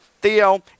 Theo